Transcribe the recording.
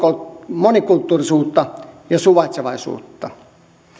monikulttuurisuutta ja suvaitsevaisuutta